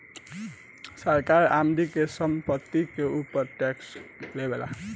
सरकार आदमी के चल संपत्ति के ऊपर टैक्स लेवेला